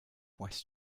west